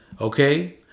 okay